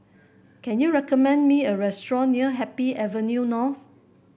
can you recommend me a restaurant near Happy Avenue North